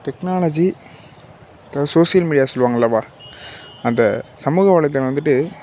technology இப்போது social media சொல்வாங்க அல்லவா அந்த சமூக வலைத்தளங்கள் வந்துட்டு